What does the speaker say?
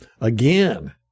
again